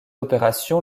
opération